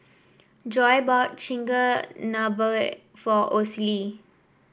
Joi bought Chigenabe for Osie